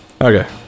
Okay